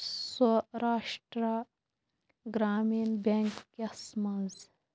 Saurashtra Gramin bank یَس منز